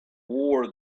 war